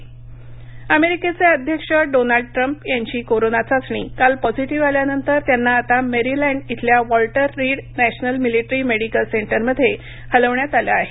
Trump Covid अमेरिकेचे अध्यक्ष Donald Trump यांची कोरोना चाचणी काल पॅंझिटिव्ह आल्यानंतर त्यांना आता मेरिलँड इथल्या Walter Reed national military medical सेंटरमध्ये हलवण्यात आलं आहे